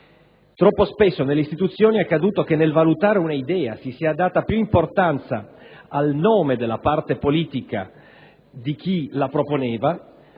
Troppo spesso nelle istituzioni è accaduto che nel valutare un'idea si sia data più importanza al nome della parte politica di chi la proponeva,